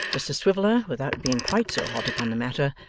mr swiveller, without being quite so hot upon the matter,